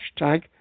hashtag